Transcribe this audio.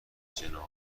جناب